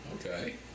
Okay